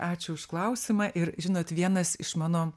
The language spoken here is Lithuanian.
ačiū už klausimą ir žinot vienas iš mano